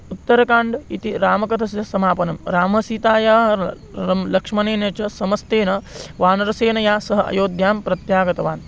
उत्तरकाण्डम् इति रामकथायाः समापनं रामसीतायाः रामः रामः लक्ष्मणेन च समस्तेन वानरसेनया सः अयोध्यां प्रत्यागतवान्